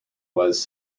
was